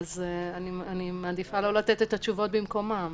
אני מעדיפה לא לתת את התשובות במקומם.